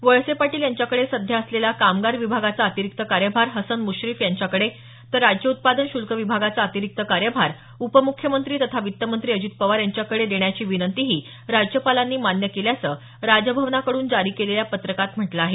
वळसे पाटील यांच्याकडे सध्या असलेला कामगार विभागाचा अतिरिक्त कार्यभार हसन मुश्रीफ यांच्याकडे तर राज्य उत्पादन शुल्क विभागाचा अतिरिक्त कार्यभार उपमुख्यमंत्री तथा वित्तमंत्री अजित पवार यांच्याकडे देण्याची विनंतीही राज्यपालांनी मान्य केल्याचं राजभवनाकडून जारी केलेल्या पत्रकात म्हटलं आहे